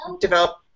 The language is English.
develop